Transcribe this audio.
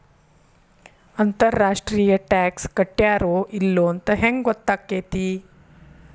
ಅಂತರ್ ರಾಷ್ಟ್ರೇಯ ಟಾಕ್ಸ್ ಕಟ್ಟ್ಯಾರೋ ಇಲ್ಲೊಂತ್ ಹೆಂಗ್ ಹೊತ್ತಾಕ್ಕೇತಿ?